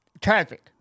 Traffic